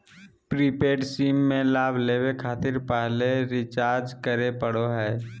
prepaid SIM में लाभ लेबे खातिर पहले रिचार्ज करे पड़ो हइ